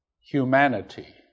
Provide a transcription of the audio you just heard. humanity